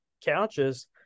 couches